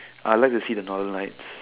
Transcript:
I like to see the Northern-Lights